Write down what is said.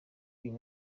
uyu